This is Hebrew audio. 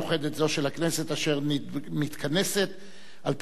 הישיבה השלוש-מאות-ושמונים-וחמש של הכנסת השמונה-עשרה יום שני,